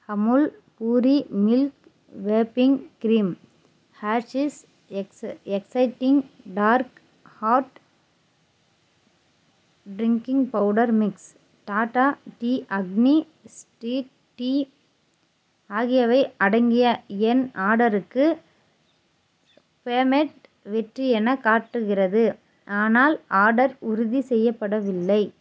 Amul pure milk whipping cream Hershey's exotic dark hot drinking powder mix Tata tea Agni ஸ்டீட் tea ஆகியவை அடங்கிய என் ஆர்டருக்கு பேமெண்ட் வெற்றி எனக் காட்டுகிறது ஆனால் ஆர்டர் உறுதி செய்யப்படவில்லை